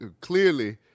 Clearly